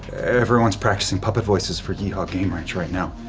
everyone's practicing puppet voices for yee-haw game ranch right now.